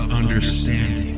understanding